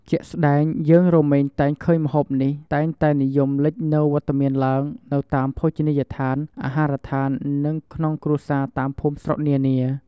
ជាក់ស្តែងយើងរមែងតែងឃើញម្ហូបនេះ តែងតែនិយមលេចនូវវត្តមានឡើងនៅតាមភោជនីយដ្ឋាន អាហារដ្ឋាន និងក្នុងគ្រួសារតាមភូមិស្រុកនានា។